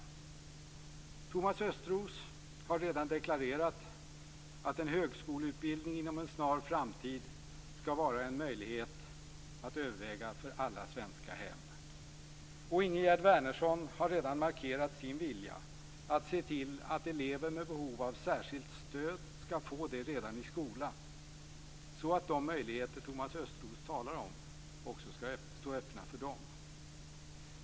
Thomas Östros har redan deklarerat att högskoleutbildning inom en snar framtid skall vara en möjlighet att överväga för alla svenska hem. Och Ingegerd Wärnersson har redan markerat sin vilja att se till att elever med behov av särskilt stöd skall få det redan i skolan, så att de möjligheter som Thomas Östros talar om också skall stå öppna för dem.